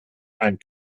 einen